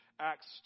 Acts